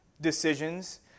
decisions